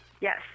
Yes